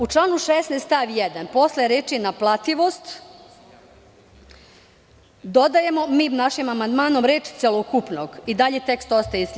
U članu 16. stav 1. posle reči: "naplativost" dodajemo našim amandmanom reč: "celokupnog" i dalje tekst ostaje isti.